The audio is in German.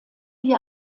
wie